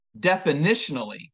definitionally